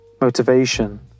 Motivation